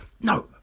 No